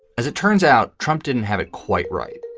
as it turns out, trump didn't have it quite right.